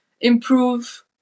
improve